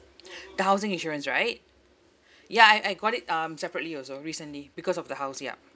the housing insurance right ya I I got it um separately also recently because of the house ya